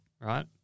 right